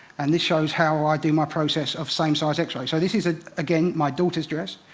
and this shows how i do my process of same-size x-rays. so, this is, ah again, my daughter's dress.